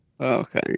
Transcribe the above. Okay